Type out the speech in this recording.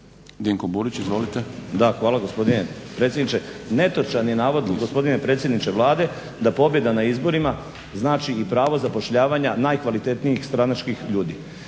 **Burić, Dinko (HDSSB)** Hvala gospodine predsjedniče. Netočan je navod gospodine predsjedniče Vlade da pobjeda na izborima znači i pravo zapošljavanja najkvalitetnijih stranačkih ljudi.